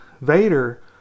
vader